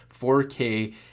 4K